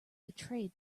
betrayed